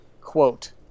quote